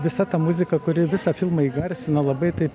visa ta muzika kuri visą filmą įgarsina labai taip